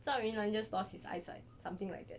zhao yun lan just lost his eyesight or something like that